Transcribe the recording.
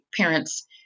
parents